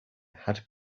had